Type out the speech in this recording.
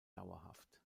dauerhaft